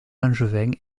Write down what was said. langevin